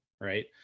right